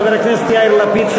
חבר הכנסת יאיר לפיד,